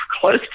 close